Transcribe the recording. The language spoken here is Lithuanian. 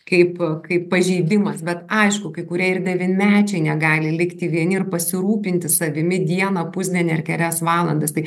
kaip kaip pažeidimas bet aišku kai kurie ir devynmečiai negali likti vieni ir pasirūpinti savimi dieną pusdienį ar kelias valandas tai